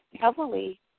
heavily